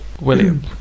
William